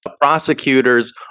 Prosecutors